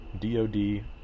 DOD